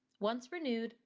once renewed,